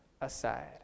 aside